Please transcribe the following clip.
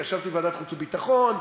וישבתי בוועדת החוץ והביטחון,